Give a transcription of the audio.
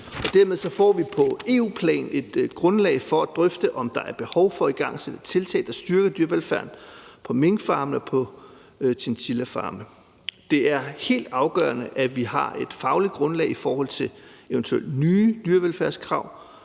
dermed får vi på EU-plan et grundlag for at drøfte, om der er behov for at igangsætte tiltag, der styrker dyrevelfærden på minkfarme og på chinchillafarme. Det er helt afgørende, at vi har et fagligt grundlag i forhold til eventuelle nye dyrevelfærdskrav,